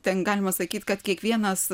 ten galima sakyt kad kiekvienas